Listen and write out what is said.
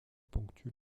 ponctuent